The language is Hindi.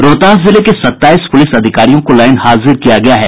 रोहतास जिले के सताईस पूलिस अधिकारियों को लाइन हाजिर किया गया है